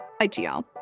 IGL